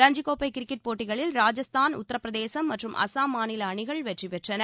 ரஞ்சிக் கோப்பை கிரிக்கெட் போட்டிகளில் ராஜஸ்தான் உத்தரபிரதேசம் மற்றும் அஸ்ஸாம் மாநில அணிகள் வெற்றி பெற்றுள்ளன